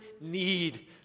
need